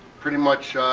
pretty much shy,